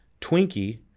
Twinkie